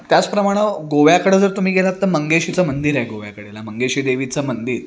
त्याचप्रमाणं गोव्याकडं जर तुम्ही गेलात तर मंगेशीचं मंदिर आहे गोव्याकडेला मंगेशी देवीचं मंदिर